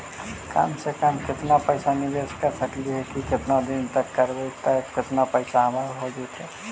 कम से कम केतना पैसा निबेस कर सकली हे और केतना दिन तक करबै तब केतना पैसा हमर हो जइतै?